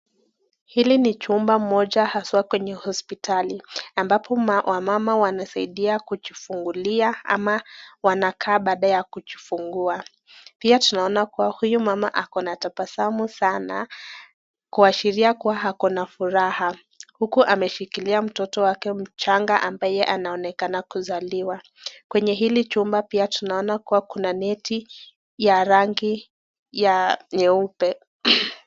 Hili ni chumba moja haswa kwenye hospitali. Ambapo wamama wanasaidia kujifungulia ama wanakaa baada ya kujifungua. Pia tunaona kuwa huyu mama ako na tabasamu sana, kuashiria kuwa ana furaha. Huku ameshikilia mtoto wake mchanga ambaye anaonekana kuzaliwa. Kwenye hili chumba pia tunaona kuwa kuna neti ya rangi ya nyeupe.